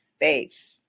faith